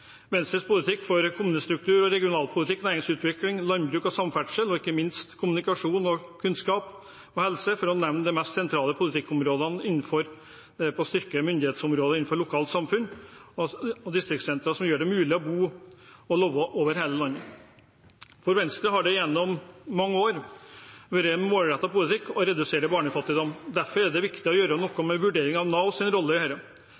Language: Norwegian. Venstres politikk for kommunestruktur, regionalpolitikk, næringsutvikling, landbruk, samferdsel og ikke minst kommunikasjon, kunnskap og helse, for å nevne noen av de mest sentrale politikkområdene, er innrettet med sikte på å styrke og myndiggjøre lokalsamfunn og distriktssentre og gjøre det mulig å bo og leve over hele landet. For Venstre har det gjennom mange år vært en målrettet politikk å redusere barnefattigdom. Derfor er det viktig å gjøre noe med vurderingen av Navs rolle i dette. Det